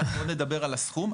אנחנו עוד נדבר על הסכום,